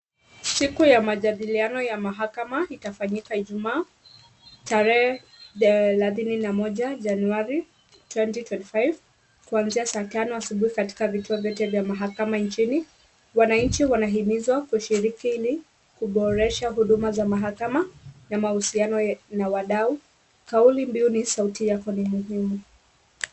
Siku ya majadiliano ya mahakama, itafanyika Ijumaa tarehe thelathini na moja Januari twenty twenty five . Kuanzia saa tatu asubuhi katika vituo vyote vya mahakama nchini. Wananchi wanahimizwa kushiriki ni kuboresha huduma za mahakama na mahusiano na wadau. Kauli mbiu ni sauti yako ni muhimu.